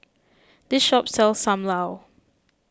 this shop sells Sam Lau